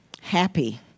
happy